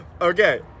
Okay